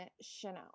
Chanel